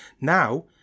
now